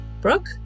Brooke